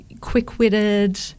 quick-witted